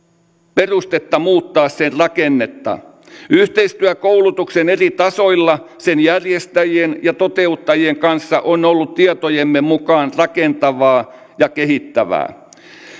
perustetta muuttaa sen rakennetta yhteistyö koulutuksen eri tasoilla sen järjestäjien ja toteuttajien kanssa on ollut tietojemme mukaan rakentavaa ja kehittävää